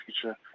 future